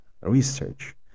research